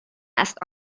است